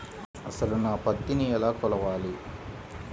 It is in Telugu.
అసలు నా పత్తిని ఎలా కొలవాలి?